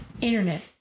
internet